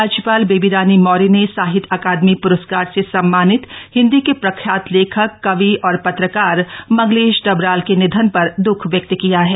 राज्यपाल बेबी रानी मौर्य ने साहित्य अकादमी प्रस्कार से सम्मानित हिंदी के प्रख्यात लेखक कवि और पत्रकार मंगलेश डबराल के निधन पर द्ःख व्यक्त किया है